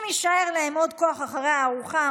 אם יישאר להם עוד כוח אחרי הארוחה,